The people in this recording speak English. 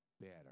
better